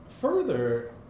further